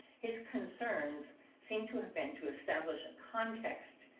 his concerns seem to have been to establish a context,